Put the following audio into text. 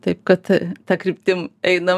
taip kad ta kryptim einam